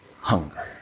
hunger